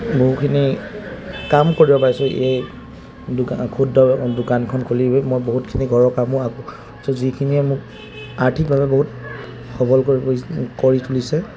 বহুখিনি কাম কৰিব পাৰিছোঁ এই দোকান ক্ষুদ্ৰ দোকানখন খুলিয়েই মই বহুতখিনি ঘৰৰ কামো আকৌ চ' যিখিনিয়ে মোক আৰ্থিকভাৱে বহুত সবল কৰি তুলিছে